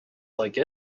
like